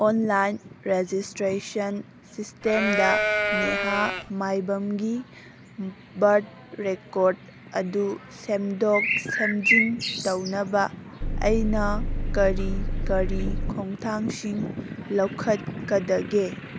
online registration ꯁꯤꯁꯇꯦꯝꯗ ꯅꯦꯍꯥ ꯃꯥꯏꯕꯝꯒꯤ ꯕꯥꯔꯠ ꯔꯦꯀꯣꯔꯠ ꯑꯗꯨ ꯁꯦꯝꯗꯣꯛ ꯁꯦꯝꯖꯤꯟ ꯇꯧꯅꯕ ꯑꯩꯅ ꯀꯔꯤ ꯀꯔꯤ ꯈꯣꯡꯊꯥꯡꯁꯤꯡ ꯂꯧꯈꯠꯀꯗꯒꯦ